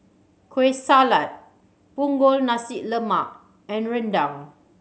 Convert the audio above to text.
Kueh Salat Punggol Nasi Lemak and rendang